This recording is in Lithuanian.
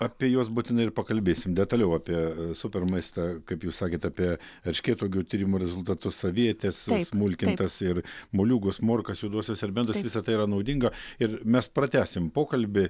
apie juos būtinai ir pakalbėsim detaliau apie super maistą kaip jūs sakėt apie erškėtuogių tyrimų rezultatus avietes smulkintas ir moliūgus morkas juoduosius serbentus visa tai yra naudinga ir mes pratęsim pokalbį